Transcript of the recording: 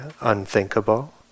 unthinkable